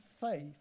faith